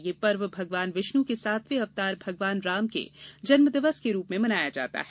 यह पर्व भगवान विष्णु के सातवें अवतार भगवान राम के जन्मदिवस के रूप में मनाया जाता है